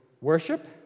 worship